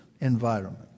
environment